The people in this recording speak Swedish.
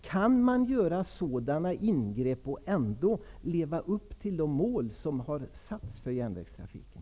Kan man göra sådana ingrepp och ändå leva upp till de mål som har satts upp för järnvägstrafiken?